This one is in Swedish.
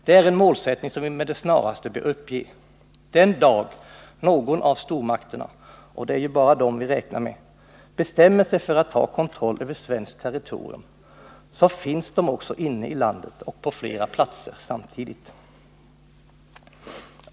Det är en målsättning som vi med det snaraste bör uppge. Den dag någon av stormakterna, och det är ju bara dem vi räknar med, bestämmer sig för att ta kontroll över svenskt territorium, finns de också inne i landet och på flera platser samtidigt.